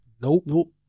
Nope